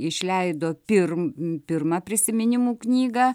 išleido pirm pirmą prisiminimų knygą